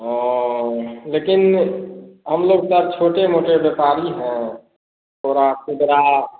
ओ लेकिन हम लोग तो अब छोटे मोटे व्यापारी हैं और आप कितना